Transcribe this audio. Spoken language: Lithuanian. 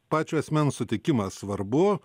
pačio asmens sutikimas svarbu